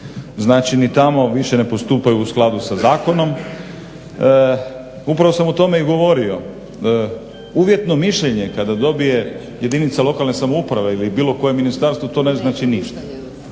znači ni tamo više ne postupaju u skladu sa zakonom. Upravo sam o tome i govorio. Uvjetno mišljenje kada dobije jedinica lokalne samouprave ili bilo koje ministarstvo to ne znači ništa.